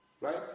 Right